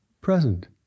present